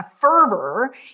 fervor